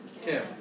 Kim